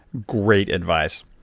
great advice.